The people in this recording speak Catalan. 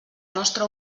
nostra